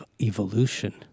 evolution